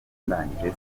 ndangije